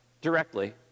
directly